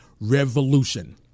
Revolution